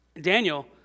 Daniel